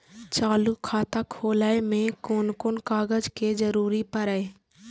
चालु खाता खोलय में कोन कोन कागज के जरूरी परैय?